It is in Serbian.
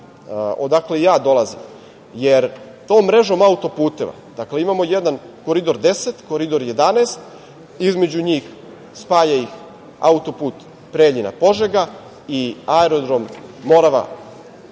odakle ja dolazim, jer to mrežom auto-puteva, dakle imamo Koridor 10, Koridor 11, između njih, spaja ih auto-put Preljina-Požega i aerodrom „Morava“